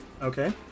Okay